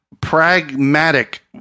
pragmatic